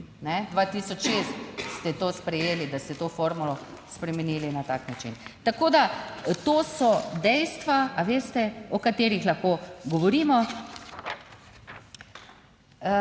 2006 ste to sprejeli, da ste to formulo spremenili na tak način. Tako da to so dejstva, a veste, o katerih lahko govorimo.